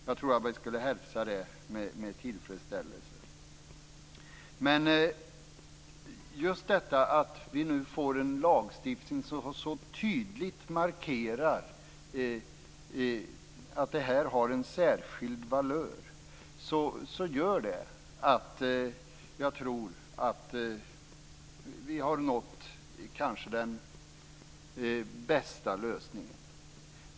Jag tror att man skulle hälsa det med tillfredsställelse. Vi får nu en lagstiftning som tydligt markerar att det här har en särskild valör. Det gör att jag tror att vi har nått den kanske bästa lösningen.